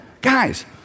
guys